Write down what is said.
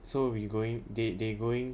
so we going they they going